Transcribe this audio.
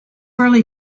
early